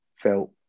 felt